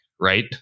right